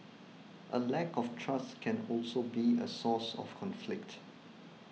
a lack of trust can also be a source of conflict